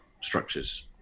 structures